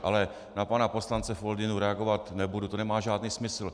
Ale na pana poslance Foldynu reagovat nebudu, to nemá žádný smysl.